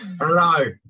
Hello